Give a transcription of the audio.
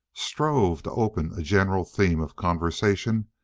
strove to open a general theme of conversation,